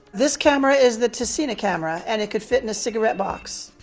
this camera is the tessina camera and it could fit in a cigarette box.